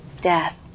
death